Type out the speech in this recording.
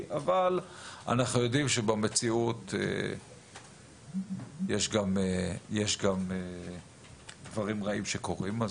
אבל אנחנו יודעים שבמציאות יש גם דברים רעים שקורים,